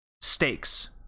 Stakes